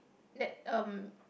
that um